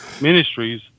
ministries